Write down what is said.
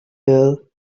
well